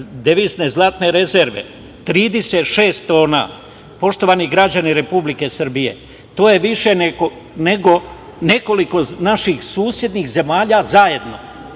Devizne zlatne rezerve, 36 tona. Poštovani građani Republike Srbije, to je više nego nekoliko naših susednih zemalja zajedno,